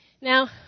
Now